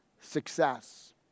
success